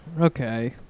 Okay